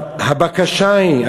הבקשה היא,